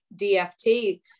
DFT